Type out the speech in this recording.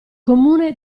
comune